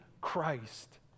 Christ